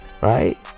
right